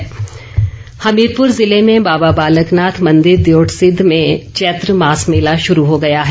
चैत्र मेला हमीरपुर जिले में बाबा बालकनाथ मंदिर दियोटसिद्ध में चैत्र मास मेला शुरू हो गया है